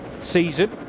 season